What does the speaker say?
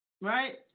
right